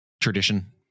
tradition